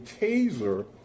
taser